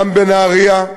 גם בנהריה,